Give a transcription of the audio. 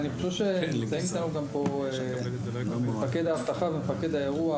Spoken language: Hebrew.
נמצאים איתנו פה מפקד האבטחה ומפקד האירוע.